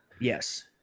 Yes